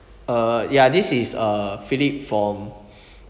uh ya this is uh philip from